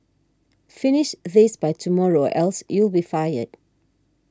finish this by tomorrow else you'll be fired